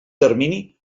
termini